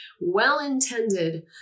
well-intended